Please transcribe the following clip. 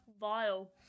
vile